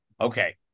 Okay